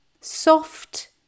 soft